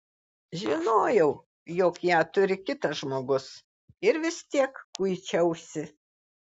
žinojau jog ją turi kitas žmogus ir vis tiek kuičiausi